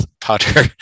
Potter